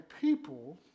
people